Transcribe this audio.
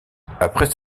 après